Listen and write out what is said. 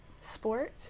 sport